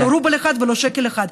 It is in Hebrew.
לא רובל אחד ולא שקל אחד.